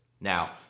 Now